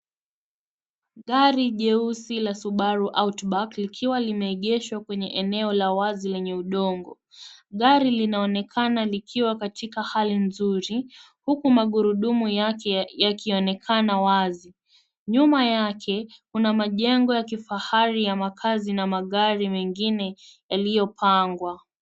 Gari jeusi la Subaru Outback likiwa limeegeshwa kwenye eneo la wazi lenye udongo. Gari linaonekana likiwa katika hali nzuri huku magurudumu yake yakionekana wazi, nyuma yake kuna majengo ya kifahari ya makazi na magari mengine yaliyopangwa.